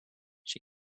she